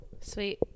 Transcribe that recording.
Sweet